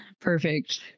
Perfect